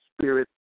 spirit